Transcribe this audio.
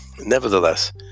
nevertheless